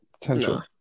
potential